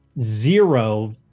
zero